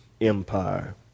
Empire